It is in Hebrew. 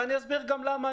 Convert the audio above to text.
ואסביר גם למה,